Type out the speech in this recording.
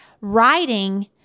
writing